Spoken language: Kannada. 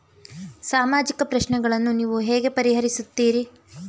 ಸಾಮಾಜಿಕ ಪ್ರಶ್ನೆಗಳನ್ನು ನೀವು ಹೇಗೆ ಪರಿಹರಿಸುತ್ತೀರಿ?